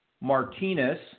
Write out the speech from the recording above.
Martinez